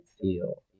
feel